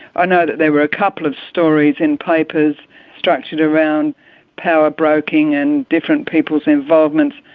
i know that there were a couple of stories in papers structured around power broking and different people's involvements.